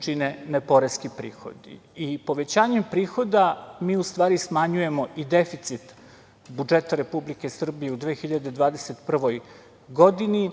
čine neporeski prihodi. I povećanjem prihoda, mi u stvari smanjujemo i deficit budžeta Republike Srbije u 2021. godini,